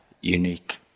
unique